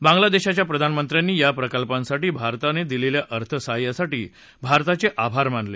बांग्लादेशाच्या प्रधानमंत्र्यांनी या प्रकल्पांसाठी भारताने दिलेल्या अर्थसहाय्यासाठी भारताचे आभार मानले